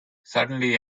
certainly